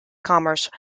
commences